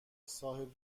صاحب